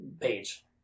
page